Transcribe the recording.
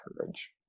courage